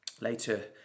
later